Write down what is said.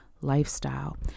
lifestyle